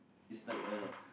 it's like a